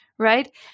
right